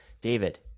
David